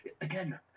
again